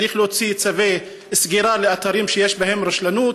צריך להוציא צווי סגירה לאתרים שיש בהם רשלנות.